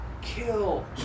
Kill